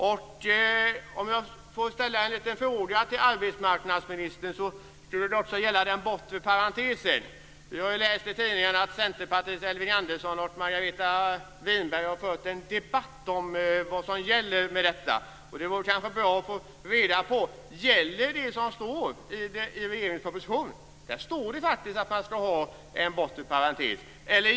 Jag skulle också vilja ställa en fråga till arbetsmarknadsministern, som gäller den bortre parentesen. Vi har ju läst i tidningarna att Elving Andersson från Centerpartiet och Margareta Winberg har fört en debatt om vad som gäller i frågan. Det skulle vara bra att få reda på om det som står i regeringens proposition gäller eller inte. Där står det faktiskt att man skall ha en bortre parentes.